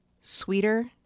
sweeter